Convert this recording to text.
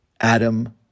Adam